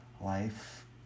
life